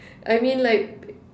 I mean like